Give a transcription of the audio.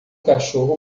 cachorro